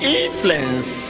influence